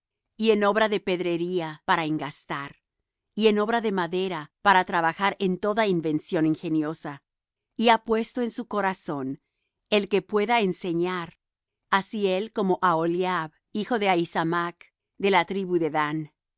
y en obra de pedrería para engastar y en obra de madera para trabajar en toda invención ingeniosa y ha puesto en su corazón el que pueda enseñar así él como aholiab hijo de ahisamac de la tribu de dan